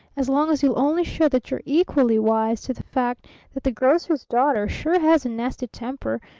as long as you'll only show that you're equally wise to the fact that the grocer's daughter sure has a nasty temper,